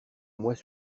mois